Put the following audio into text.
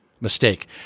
mistake